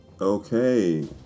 Okay